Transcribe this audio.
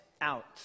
out